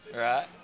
Right